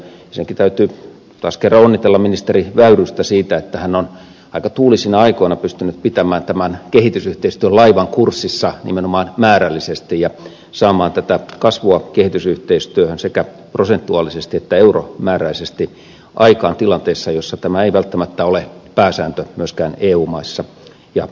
ensinnäkin täytyy taas kerran onnitella ministeri väyrystä siitä että hän on aika tuulisina aikoina pystynyt pitämään tämän kehitysyhteistyölaivan kurssissa nimenomaan määrällisesti ja saamaan aikaan tätä kasvua kehitysyhteistyöhön sekä prosentuaalisesti että euromääräisesti tilanteessa jossa tämä ei välttämättä ole pääsääntö myöskään eu maissa ja euroopassa